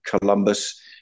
Columbus